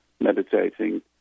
meditating